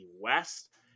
West